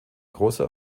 großer